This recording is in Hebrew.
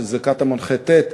שזה קטמון ח'-ט',